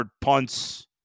punts